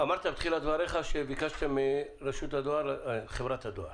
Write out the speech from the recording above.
אמרת בתחילת דבריך שביקשתם מחברת הדואר